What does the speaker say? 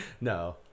No